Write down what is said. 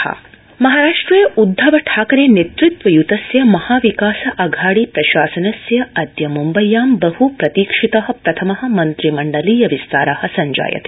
महाराष्टम् महाराष्ट्रे उदधव ठाकरे नेतृत्वयुतस्य महाविकास अघाड़ी प्रशासनस्य अदय मुम्बय्यां बहप्रतीक्षित प्रथम मन्त्रिमंडलीय विस्तार संजायते